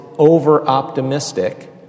over-optimistic